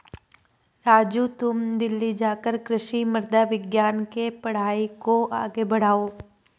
राजू तुम दिल्ली जाकर कृषि मृदा विज्ञान के पढ़ाई को आगे बढ़ाओ